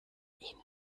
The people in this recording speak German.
ihnen